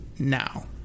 Now